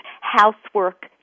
Housework